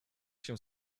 się